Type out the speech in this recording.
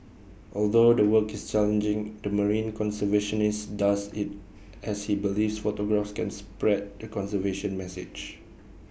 although the work is challenging the marine conservationist does IT as he believes photographs can spread the conservation message